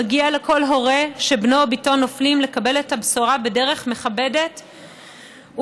מגיע לכל הורה שבנו או בתו נופלים לקבל את הבשורה בדרך מכבדת ומחבקת.